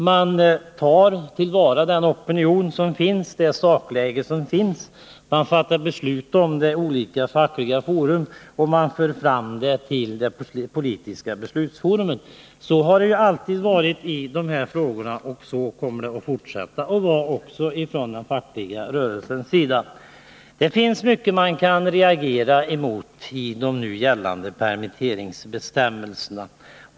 Man tar till vara den opinion, det sakläge som finns, man fattar beslut om det i olika fackliga fora och man för fram det till politiskt beslutsforum. Så har man alltid gjort i sådana här frågor, och så kommer man att fortsätta att göra från den fackliga rörelsens sida. Det finns mycket man kan reagera mot i de nu gällande permitteringsbestämmelserna.